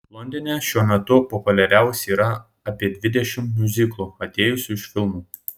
londone šiuo metu populiariausi yra apie dvidešimt miuziklų atėjusių iš filmų